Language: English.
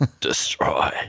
destroy